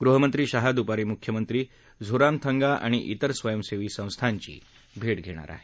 गृहमंत्री शहा दुपारी मुख्यमंत्री झोरामथंगा आणि इतर स्वयंसेवी संस्थांची भेटणार आहेत